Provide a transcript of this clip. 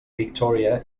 victoria